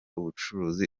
ubucuruzi